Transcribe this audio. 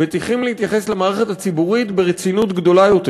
וצריכים להתייחס למערכת הציבורית ברצינות גדולה יותר.